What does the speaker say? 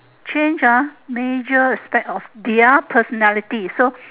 change ah major aspect of their personality so